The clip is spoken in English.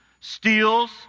steals